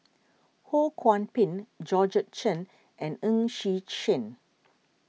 Ho Kwon Ping Georgette Chen and Ng Xi Sheng